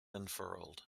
unfurled